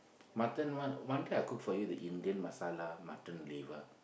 mutton one one day I cook for you the Indian masala mutton liver